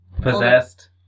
Possessed